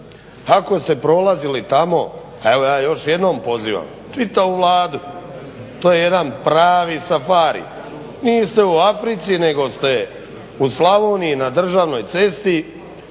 Ako ste prolazili tamo, a evo ja još jednom pozivam čitavu Vladu to je jedan pravi safari. Niste u Africi nego ste u Slavoniji na državnoj cesti.